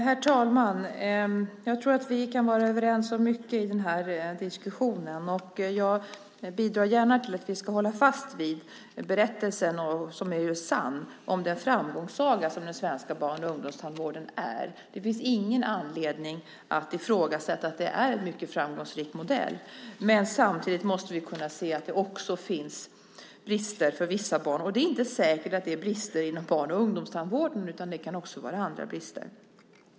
Herr talman! Jag tror att vi kan vara överens om mycket i den här diskussionen. Jag bidrar gärna till att vi håller fast vid den framgångssaga som den svenska barn och ungdomstandvården är. Den är ju sann. Det finns ingen anledning att ifrågasätta att det är en mycket framgångsrik modell. Samtidigt måste vi kunna se att det också finns brister för vissa barn. Det är inte säkert att det är brister inom barn och ungdomstandvården utan det kan också vara andra brister.